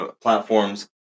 platforms